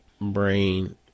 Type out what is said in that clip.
brain